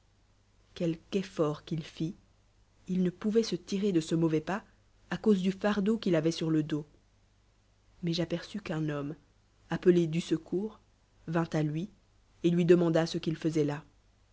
quelque effort qu'il nt il depouvoit se tirer de cemauvaispas à cause du fardeau qu'il avoit sur le dos mais j'aperçus qu'un homme iippt lé du secours vint lui et lui demanda ce qu'il faisoit là